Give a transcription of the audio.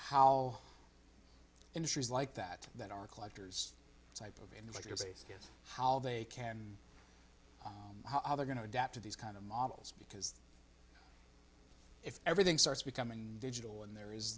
how industries like that that are collector's type of and regular basis how they can how they're going to adapt to these kind of models because if everything starts becoming digital and there is